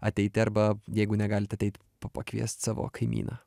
ateiti arba jeigu negalit ateit pakviest savo kaimyną